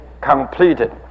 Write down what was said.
completed